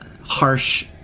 harsh